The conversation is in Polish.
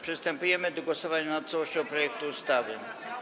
Przystępujemy do głosowania nad całością projektu ustawy.